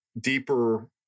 deeper